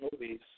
movies